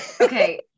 okay